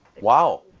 Wow